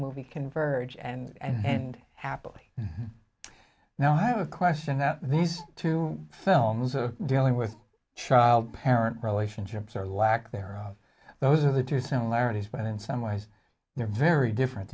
movie converge and happily now i have a question that these two films are dealing with child parent relationships or lack thereof those are the two similarities but in some ways they're very different